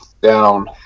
down